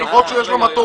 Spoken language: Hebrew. אני שוחחתי איתו.